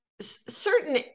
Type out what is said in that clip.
certain